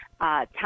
time